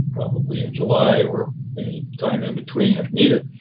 probably in july or any time in between if needed.